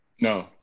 No